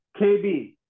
KB